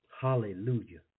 Hallelujah